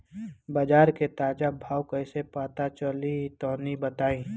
बाजार के ताजा भाव कैसे पता चली तनी बताई?